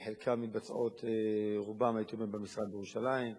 חלקן מתבצעות, רובן, הייתי אומר, במשרד בירושלים,